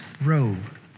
robe